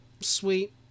sweet